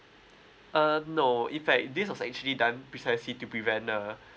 uh no in fact this was actually done precisely to prevent uh